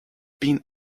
been